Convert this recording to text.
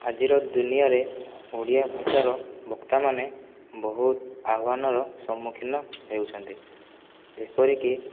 ଆଜିର ଦୁନିଆଁରେ ଓଡ଼ିଆ ଭାଷାର ବକ୍ତାମାନେ ବହୁତ ଆହ୍ଵାନର ସମ୍ମୁଖୀନ ହେଉଛନ୍ତି ଯେପରିକି